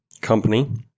company